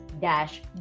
dash